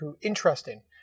interesting